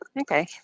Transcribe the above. Okay